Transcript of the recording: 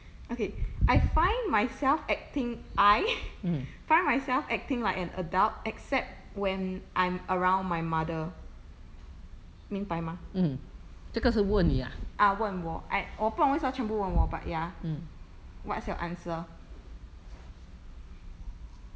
okay I find myself acting I find myself acting like an adult except when I'm around my mother 明白吗啊问我 I 我不懂为什么全部问我 but ya what's your answer